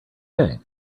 day